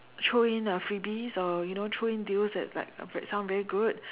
throw in uh freebies or you know throw in deals that like that sound very good